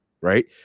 right